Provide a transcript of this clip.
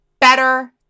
better